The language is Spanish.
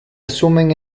asumen